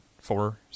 four